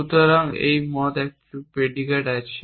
সুতরাং এই মত একটি predicate আছে